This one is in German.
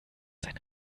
sein